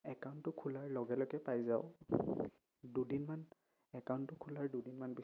একাউণ্টটো খোলাৰ লগে লগে পাই যাওঁ দুদিনমান একাউণ্টটো খোলাৰ দুদিনমান পিছত